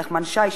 נחמן שי,